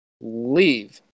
leave